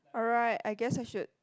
alright I guess I should